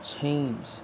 change